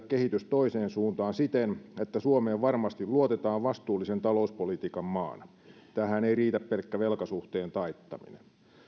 kehitys toiseen suuntaan siten että suomeen varmasti luotetaan vastuullisen talouspolitiikan maana tähän ei riitä pelkkä velkasuhteen taittaminen